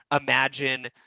imagine